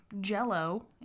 Jell-O